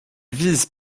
vise